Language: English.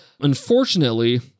Unfortunately